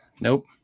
nope